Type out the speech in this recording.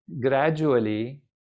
gradually